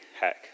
Hack